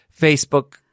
facebook